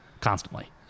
constantly